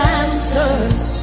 answers